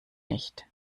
nicht